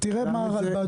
תראה מה הרלב"ד שולח.